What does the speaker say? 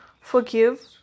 forgive